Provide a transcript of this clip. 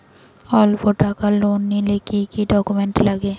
অল্প টাকার লোন নিলে কি কি ডকুমেন্ট লাগে?